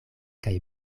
kaj